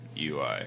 UI